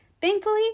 Thankfully